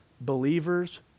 Believers